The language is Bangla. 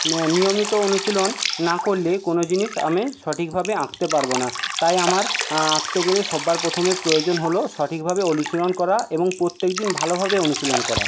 না নিয়মিত অনুশীলন না করলে কোন জিনিস আমি সঠিকভাবে আঁকতে পারব না তাই আমার আঁকতে গেলে সবার প্রথমে প্রয়োজন হল সঠিকভাবে অনুশীলন করা এবং প্রত্যেকদিন ভালোভাবে অনুশীলন করা